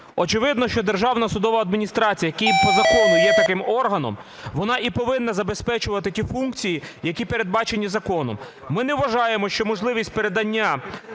Очевидно, що Державна судова адміністрація, яка по закону є таким органом, вона і повинна забезпечувати ті функції, які передбачені законом. Ми не вважаємо, що можливість передання